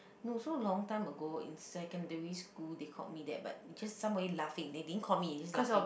no so long time ago in secondary school they called me that but just some way laughing they didn't call me they just laughing